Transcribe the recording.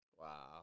Wow